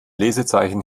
lesezeichen